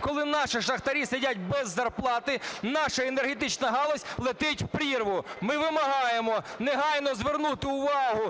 коли наші шахтарі сидять без зарплати, наша енергетична галузь "летить" в прірву? Ми вимагаємо негайно звернути увагу